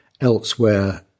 elsewhere